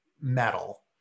metal